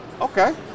Okay